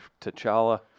T'Challa